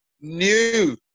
new